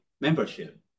membership